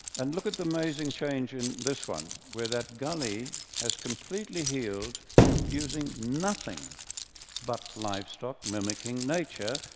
and look at the amazing change in this one, where that gully has completely healed using nothing but livestock mimicking nature,